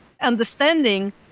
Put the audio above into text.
understanding